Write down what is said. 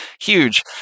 huge